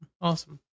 awesome